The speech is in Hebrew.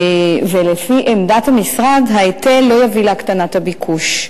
ולפי עמדת המשרד ההיטל לא יביא להקטנת הביקוש,